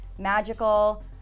Magical